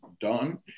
done